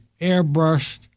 airbrushed